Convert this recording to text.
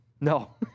No